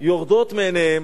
יורדות מעיניהם,